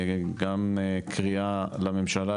גם קריאה לממשלה,